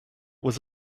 was